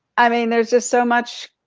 i mean, there's just so much,